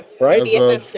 right